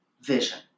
vision